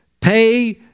Pay